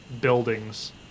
buildings